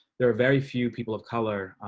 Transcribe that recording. there are very few people of color.